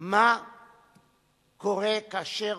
מה קורה כאשר